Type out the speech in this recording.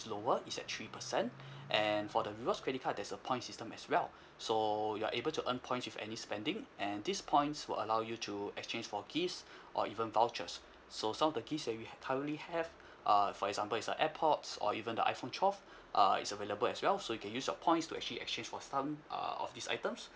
lower is at three percent and for the rewards credit card there's a points system as well so you're able to earn points with any spending and these points will allow you to exchange for gifts or even vouchers so some of the gifts that we currently have err for example is a airpods or even the iphone twelve uh is available as well so you can use your points to actually exchange for some uh of these items